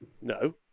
No